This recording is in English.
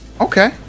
Okay